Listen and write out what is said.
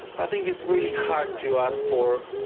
i think it's really hard to ask for